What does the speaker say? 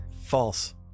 false